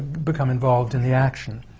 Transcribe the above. become involved in the action.